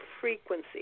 frequency